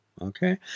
Okay